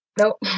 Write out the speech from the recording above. Nope